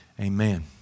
Amen